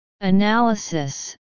Analysis